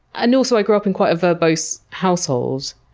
and also i grew up in quite a verbose household.